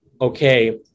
okay